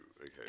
okay